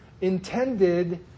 intended